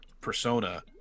persona